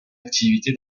activité